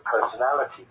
personality